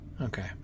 Okay